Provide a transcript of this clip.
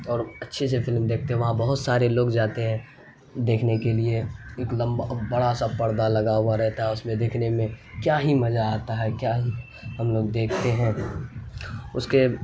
اور اچھے سے فلم دیکھتے ہیں وہاں بہت سارے لوگ جاتے ہیں دیکھنے کے لیے ایک لمبا بڑا سا پردہ لگا ہوا رہتا ہے اس میں دیکھنے میں کیا ہی مزہ آتا ہے کیا ہی ہم لوگ دیکھتے ہیں اس کے